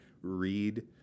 read